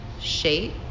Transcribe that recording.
shape